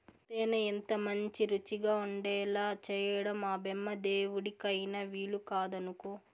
తేనె ఎంతమంచి రుచిగా ఉండేలా చేయడం ఆ బెమ్మదేవుడికైన వీలుకాదనుకో